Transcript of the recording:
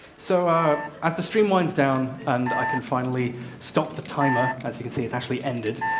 so as the stream winds down, and i can finally stop the timer, as you can see, it's actually ended,